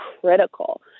critical